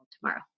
tomorrow